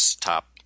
top